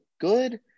good